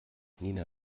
nina